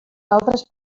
altres